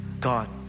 God